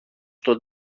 στο